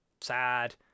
sad